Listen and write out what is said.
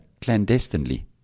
clandestinely